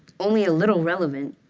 only a little relevant,